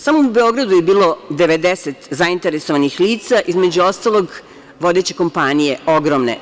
Samo u Beogradu je bilo 90 zainteresovanih lica, između ostalog vodeće kompanije, ogromne.